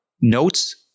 notes